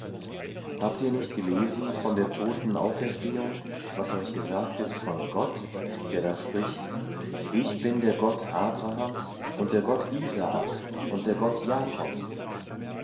habt ihr nicht gelesen von der toten auferstehung was euch gesagt ist von gott der da spricht ich bin der gott abrahams und der gott isaaks und der gott jakobs